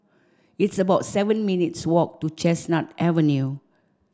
it's about seven minutes' walk to Chestnut Avenue